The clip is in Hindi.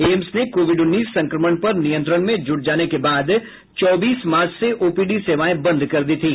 एम्स ने कोविड उन्नीस संक्रमण पर नियंत्रण में ज़ूट जाने के बाद चौबीस मार्च से ओपीडी सेवाएं बंद कर दी थी